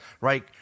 right